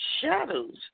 shadows